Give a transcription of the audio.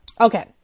Okay